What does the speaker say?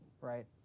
right